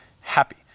happy